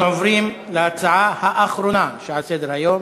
אנחנו עוברים להצעה האחרונה על סדר-היום,